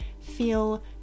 feel